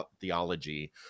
theology